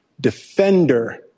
defender